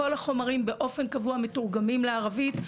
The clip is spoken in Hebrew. כל החומרים באופן קבוע מתורגמים לערבית,